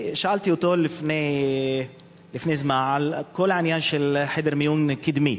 שאלתי אותו לפני זמן על כל העניין של חדר מיון קדמי.